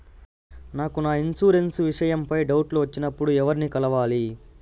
నాకు నా ఇన్సూరెన్సు విషయం పై డౌట్లు వచ్చినప్పుడు నేను ఎవర్ని కలవాలి?